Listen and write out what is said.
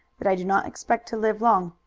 that i do not expect to live long.